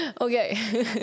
okay